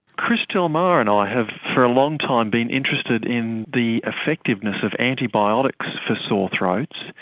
chris del mar and i have for a long time been interested in the effectiveness of antibiotics for sore throats,